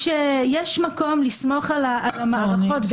יש מקום לסמוך על המערכות.